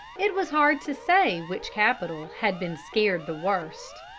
it was hard to say which capital had been scared the worst.